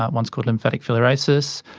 one's called lymphatic filariasis,